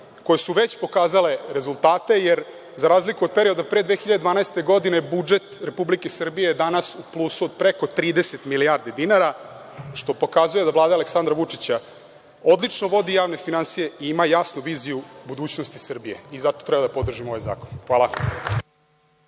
koje su već pokazale rezultate, jer za razliku od perioda pre 2012. godine budžet Republike Srbije je danas u plusu od preko 30 milijardi dinara, što pokazuje da Vlada Aleksandra Vučića odlično vodi javne finansije i ima jasnu viziju budućnosti Srbije. Zato treba da podržimo ovaj zakon. Hvala.